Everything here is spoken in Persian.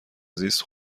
زیست